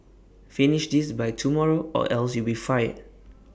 finish this by tomorrow or else you'll be fired